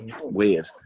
Weird